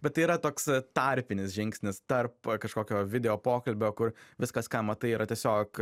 bet tai yra toks tarpinis žingsnis tarp kažkokio video pokalbio kur viskas ką matai yra tiesiog